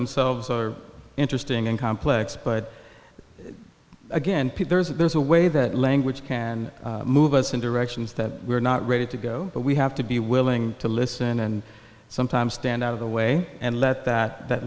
themselves are interesting and complex but again there's a way that language can move us in directions that we're not ready to go but we have to be willing to listen and sometimes stand out of the way and let that that